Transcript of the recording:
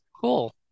Cool